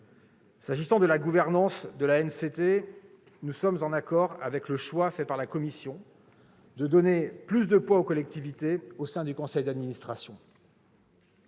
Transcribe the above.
S'agissant de la gouvernance de l'ANCT, nous sommes en accord avec le choix fait par la commission de donner plus de poids aux collectivités au sein du conseil d'administration.